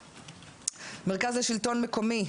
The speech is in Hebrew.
מרכז השלטון המקומי